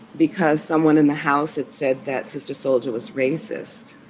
because someone in the house, it said that sister soldier was racist.